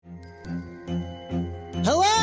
Hello